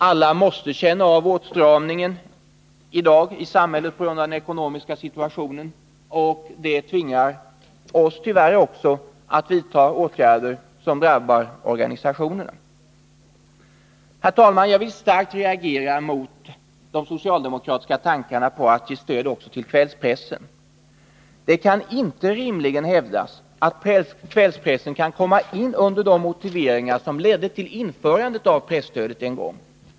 Alla måste ju känna av åtstramningen i samhället i dag på grund av den ekonomiska situationen, och det tvingar oss tyvärr också att vidta åtgärder som drabbar organisationerna. Herr talman! Jag vill starkt reagera mot socialdemokraternas tankar på att ge stöd också till kvällspressen. Det kan inte rimligen hävdas att kvällspressen kan komma in under de motiveringar som en gång ledde till införandet av presstödet.